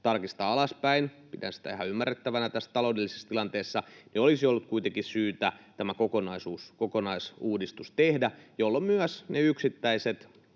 tarkistaa alaspäin — pidän sitä ihan ymmärrettävänä tässä taloudellisessa tilanteessa — olisi ollut kuitenkin syytä tämä kokonaisuudistus tehdä, jolloin myös ne yksittäiset